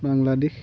Bangladesh